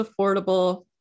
affordable